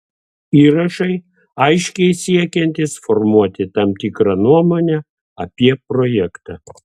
įrašai aiškiai siekiantys formuoti tam tikrą nuomonę apie projektą